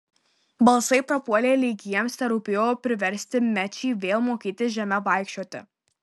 balsai prapuolė lyg jiems terūpėjo priversti mečį vėl mokytis žeme vaikščioti